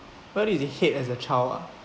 what did you hate as a child ah